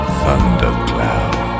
thundercloud